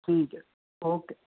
ठीक ऐ ओके